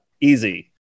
Easy